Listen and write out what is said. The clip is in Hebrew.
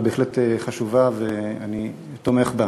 היא בהחלט חשובה ואני תומך בה.